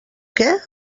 què